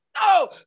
No